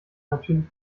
natürlich